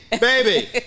baby